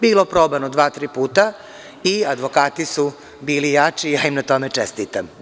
Bilo probano dva, tri puta i advokati su bili jači, ja im na tome čestitam.